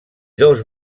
dos